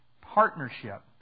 Partnership